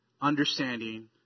understanding